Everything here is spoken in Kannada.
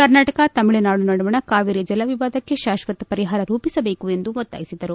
ಕರ್ನಾಟಕ ತಮಿಳುನಾಡು ನಡುವಣ ಕಾವೇರಿ ಜಲವಿವಾದಕ್ಕೆ ಶಾಶ್ವತ ಪರಿಹಾರ ರೂಪಿಸಬೇಕು ಎಂದು ಒತ್ತಾಯಿಸಿದರು